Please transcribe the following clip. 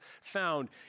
found